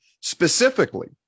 specifically